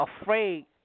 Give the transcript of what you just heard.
afraid